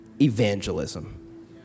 evangelism